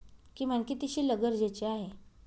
किमान किती शिल्लक गरजेची आहे?